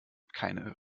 keine